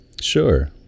Sure